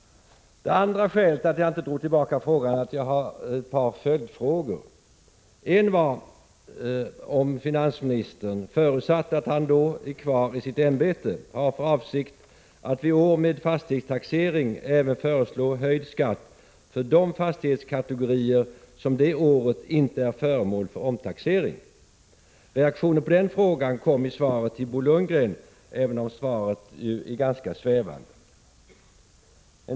Det andra skälet till att jag inte drog tillbaka frågan är att jag har ett par följdfrågor. En är om finansministern, förutsatt att han då är kvar i sitt ämbete, har för avsikt att vid år med fastighetstaxering även föreslå höjd skatt för de fastighetskategorier som det året inte är föremål för omtaxering. Reaktionen på den frågan kom i svaret till Bo Lundgren — även om svaret är ganska svävande.